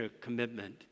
commitment